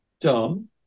dumb